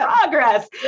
progress